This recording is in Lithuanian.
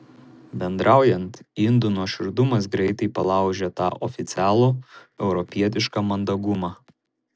bendraujant indų nuoširdumas greitai palaužia tą oficialų europietišką mandagumą